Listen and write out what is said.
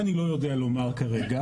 זה אני לא יודע לומר כרגע,